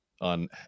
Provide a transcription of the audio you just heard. on